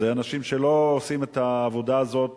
אלה אנשים שלא עושים את העבודה הזאת